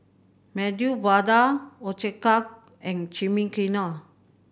Medu Vada Ochazuke and Chimichangas